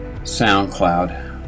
SoundCloud